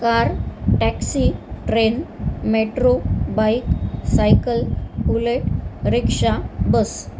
car taxi train metro bike cycle bullet rickshaw bus